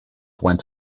went